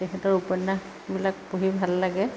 তেখেতৰ উপন্য়াসবিলাক পঢ়ি ভাল লাগে